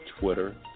Twitter